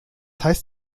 heißt